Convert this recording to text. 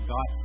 God